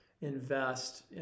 invest